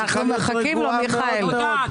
את צריכה להיות רגועה מאוד מאוד.